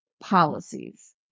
policies